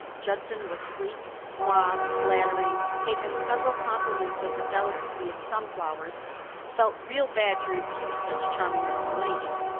judson was sleek, suave, flattering paid them several compliments of the delicacy of sunflowers felt real bad to refuse such charming young ladies.